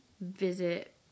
visit